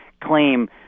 claim